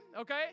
Okay